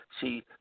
See